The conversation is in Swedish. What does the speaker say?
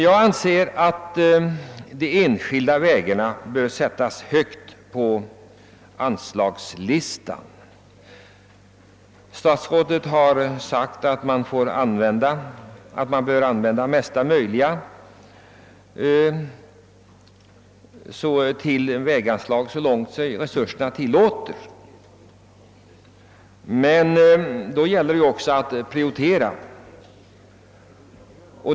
Jag anser att anslagen till enskilda vägar bör sättas högt upp på listan över angelägna anslag. Statsrådet har sagt att man bör använda mesta möjliga av väganslagen, så långt resurserna räcker. Men då gäller det ju också att prioritera.